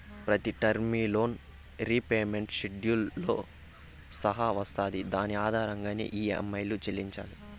ప్రతి term loan repayment షెడ్యూల్తో సహా వస్తాది దాని ఆధారంగానే ఈ.యం.ఐలు చెల్లించాలి